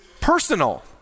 personal